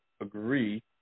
agree